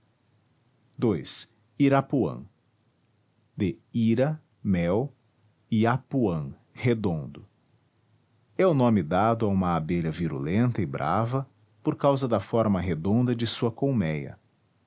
ii irapuã de ira mel e apuam redondo é o nome dado a uma abelha virulenta e brava por causa da forma redonda de sua colmeia